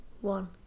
one